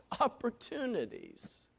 opportunities